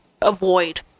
avoid